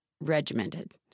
regimented